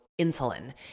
insulin